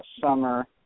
summer